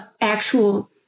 actual